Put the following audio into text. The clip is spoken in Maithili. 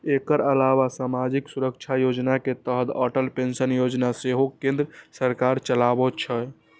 एकर अलावा सामाजिक सुरक्षा योजना के तहत अटल पेंशन योजना सेहो केंद्र सरकार चलाबै छै